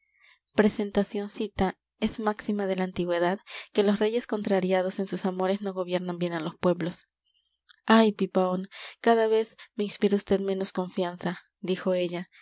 mí presentacioncita es máxima de la antigüedad que los reyes contrariados en sus amores no gobiernan bien a los pueblos ay pipaón cada vez me inspira usted menos confianza dijo ella